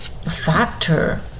factor